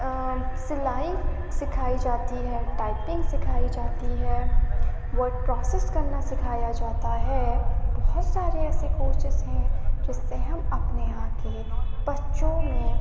سلائی سکھائی جاتی ہے ٹائپنگ سکھائی جاتی ہے وڈ پراسیز کرنا سکھایا جاتا ہے بہت سارے ایسے کورسیز ہیں جس سے ہم اپنے آپ کے لیے بچوں میں